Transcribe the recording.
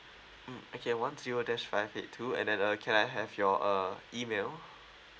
mm okay one zero dash five eight two and then uh can I have your uh email